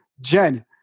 Jen